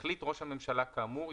החליט ראש הממשלה כאמור,